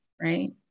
right